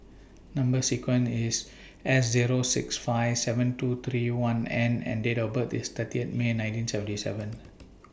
Number sequence IS S Zero six five seven two three one N and Date of birth IS thirty May nineteen seventy seven